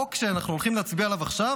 החוק שאנחנו הולכים להצביע עליו עכשיו